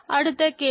அடுத்த கேள்வி